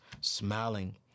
smiling